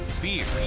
fear